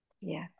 Yes